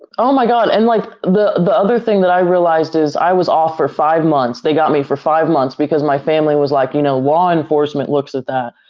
oh my god, and like, the the other thing that i realized is, i was off for five months, they got me for five months because my family was like, you know, law enforcement looks at that,